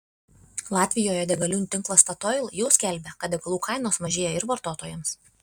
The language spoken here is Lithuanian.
latvijoje degalinių tinklas statoil jau skelbia kad degalų kainos mažėja ir vartotojams